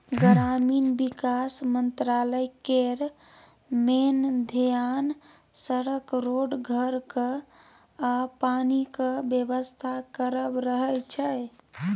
ग्रामीण बिकास मंत्रालय केर मेन धेआन सड़क, रोड, घरक आ पानिक बेबस्था करब रहय छै